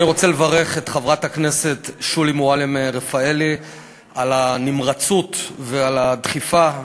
אני רוצה לברך את חברת הכנסת שולי מועלם-רפאלי על הנמרצות ועל הדחיפה.